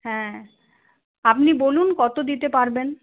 হ্যাঁ আপনি বলুন কত দিতে পারবেন